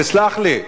תסלח לי,